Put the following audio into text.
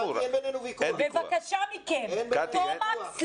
בבקשה מכם, תומקס